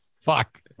Fuck